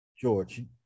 George